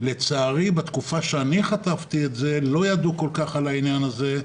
לצערי בתקופה שאני חטפתי את זה לא כל כך ידעו על העניין הזה.